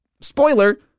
spoiler